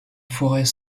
forêt